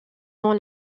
dans